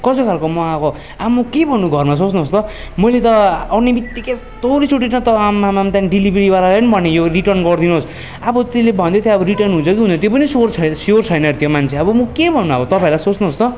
कस्तो खालको मगाएको अब म के भन्नु घरमा सोच्नुहोस् त मैले त आउने बित्तिकै यस्तो रिस उठेन त आम्मामाम् त्यहाँदेखि डेलिभरीवालालाई पनि भनेँ यो रिटर्न गरिदिनोस् अब त्यसले भन्दैथियो अब रिटर्न हुन्छ कि हुँदैन त्यो पनि सोर छैन स्योर छैन हरे त्यो मान्छे अब म के भन्नु अब तपाईँहरूलाई सोच्नुहोस् त